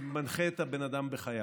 שמנחה את הבן אדם בחייו.